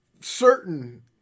certain